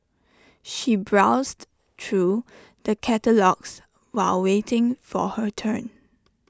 she browsed through the catalogues while waiting for her turn